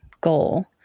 goal